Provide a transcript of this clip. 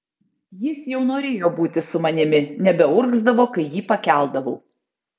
jis jau norėjo būti su manimi nebeurgzdavo kai jį pakeldavau